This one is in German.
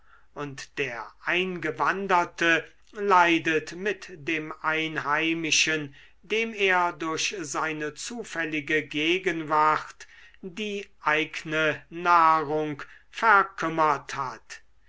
und der eingewanderte leidet mit dem einheimischen dem er durch seine zufällige gegenwart die eigne nahrung verkümmert hat